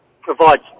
provides